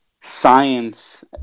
science